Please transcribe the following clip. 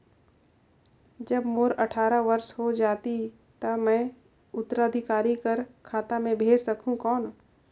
जब मोर अट्ठारह वर्ष हो जाहि ता मैं उत्तराधिकारी कर खाता मे भेज सकहुं कौन?